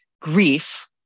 grief